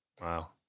Wow